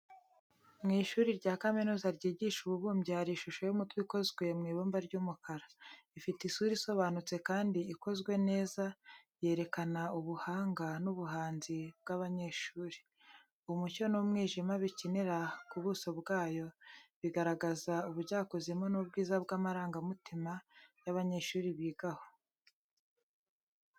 Mu ishuri rya kaminuza ryigisha ububumbyi, hari ishusho y’umutwe ikozwe mu ibumba ry’umukara. Ifite isura isobanutse kandi ikozwe neza, yerekana ubuhanga n’ubuhanzi bw'abanyeshuri. Umucyo n’umwijima bikinira ku buso bwayo, bigaragaza ubujyakuzimu n’ubwiza bw’amarangamutima y'abanyashuri biga aho.